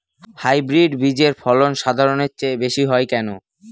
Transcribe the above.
Hybrid বীজের ফলন সাধারণের চেয়ে বেশী হয় কেনো?